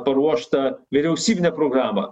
paruoštą vyriausybinę programą